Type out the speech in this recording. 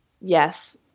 Yes